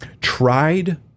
tried